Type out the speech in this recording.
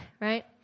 right